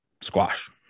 squash